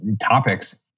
topics